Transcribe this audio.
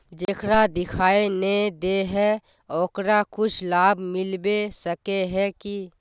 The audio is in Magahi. जेकरा दिखाय नय दे है ओकरा कुछ लाभ मिलबे सके है की?